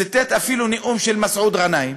ציטט אפילו נאום של מסעוד גנאים.